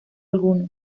alguno